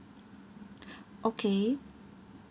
okay